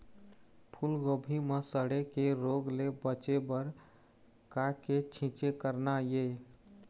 फूलगोभी म सड़े के रोग ले बचे बर का के छींचे करना ये?